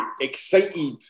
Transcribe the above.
excited